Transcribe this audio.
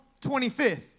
25th